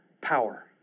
power